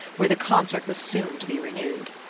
where the concert was soon to be renewed.